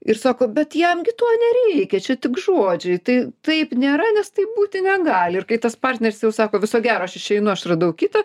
ir sako bet jam gi to nereikia čia tik žodžiai tai taip nėra nes tai būti negali ir kai tas partneris jau sako viso gero aš išeinu aš radau kitą